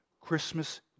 Christmas